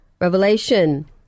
Revelation